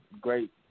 great